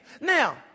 Now